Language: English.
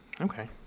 Okay